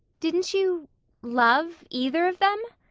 didn't you love either of them?